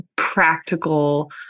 practical